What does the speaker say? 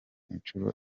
inshuro